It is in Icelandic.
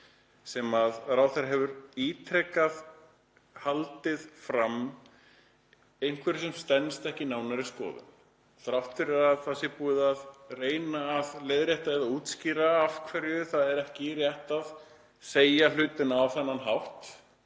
að ráðherra hefur ítrekað haldið fram einhverju sem stenst ekki nánari skoðun. Þrátt fyrir að það sé búið að reyna að leiðrétta eða útskýra af hverju það er ekki rétt að segja hlutina á þennan hátt,